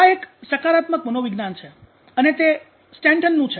આ એક સકારાત્મક મનોવિજ્ઞાન છે અને તે સ્ટેન્ટન નું છે